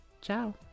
Ciao